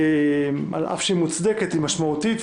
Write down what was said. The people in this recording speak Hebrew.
על אף שהיא מוצדקת היא משמעותית,